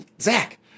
zach